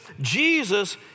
Jesus